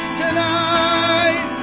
tonight